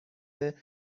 رسیدن